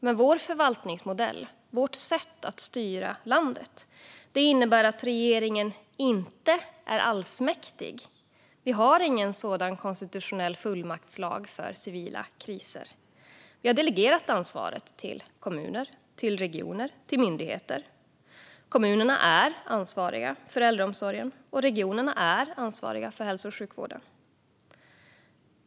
Men vår förvaltningsmodell - vårt sätt att styra landet - innebär att regeringen inte är allsmäktig. Vi har ingen sådan konstitutionell fullmaktslag för civila kriser. Vi har delegerat ansvaret till kommuner, till regioner och till myndigheter. Kommunerna är ansvariga för äldreomsorgen, och regionerna är ansvariga för hälso och sjukvården.